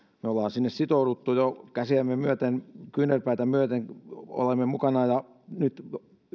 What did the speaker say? me olemme sinne sitoutuneet jo käsiämme myöten kyynärpäitä myöten olemme mukana ja nyt